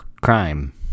crime